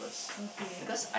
okay